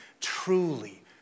truly